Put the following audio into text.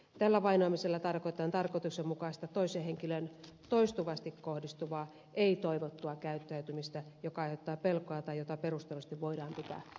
tällä vainoamisella tarkoitetaan tarkoituksenmukaisesta toiseen henkilöön toistuvasti kohdistuvaa ei toivottua käyttäytymistä joka aiheuttaa pelkoa tai jota perustellusti voidaan pitää pelottavana